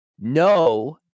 no